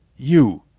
you!